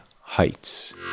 Heights